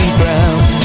ground